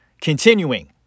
continuing